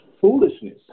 foolishness